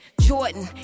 Jordan